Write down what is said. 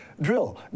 drill